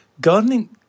gardening